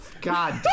god